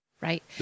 Right